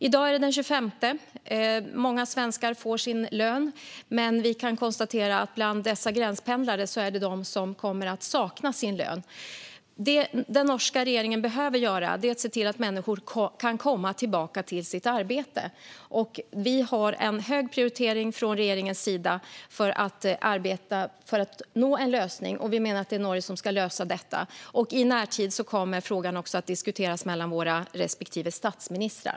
I dag är det den 25:e och många svenskar får sin lön, men vi kan konstatera att det bland dessa gränspendlare finns de som kommer att sakna sin lön. Vad den norska regeringen behöver göra är att se till att människor kan komma tillbaka till sitt arbete. Från regeringens sida är det högt prioriterat att arbeta för att nå en lösning, och vi menar att det är Norge som ska lösa detta. I närtid kommer frågan också att diskuteras mellan våra respektive statsministrar.